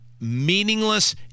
meaningless